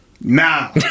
Now